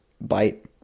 bite